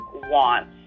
wants